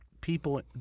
people